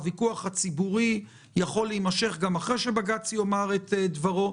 הוויכוח הציבורי יכול להימשך גם אחרי שבג"ץ יאמר את דברו.